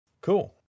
Cool